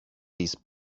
these